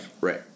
Right